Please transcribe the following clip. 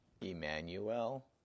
Emmanuel